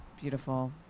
Beautiful